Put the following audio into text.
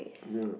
yeah